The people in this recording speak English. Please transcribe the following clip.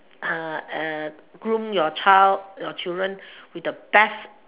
uh groom your child your children with the best